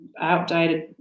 outdated